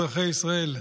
שמעתם, אזרחי ישראל?